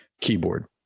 keyboard